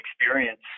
experience